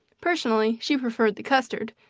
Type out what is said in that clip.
personally, she preferred the custard,